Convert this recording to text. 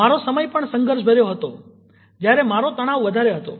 મારો સમય પણ સંઘર્ષભર્યો હતો જ્યારે મારો તણાવ વધારે હતો